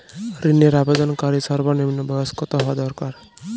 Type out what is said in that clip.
ঋণের আবেদনকারী সর্বনিন্ম বয়স কতো হওয়া দরকার?